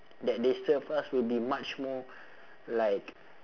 that they serve us will be much more like